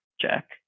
Jack